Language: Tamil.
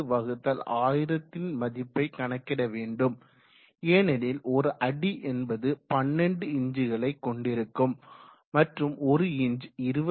41000 இன் மதிப்பை கணக்கிட வேண்டும் ஏனெனில் ஒரு அடி என்பது 12 இன்ச்களை கொண்டிருக்கும் மற்றும் ஒரு இன்ச் 25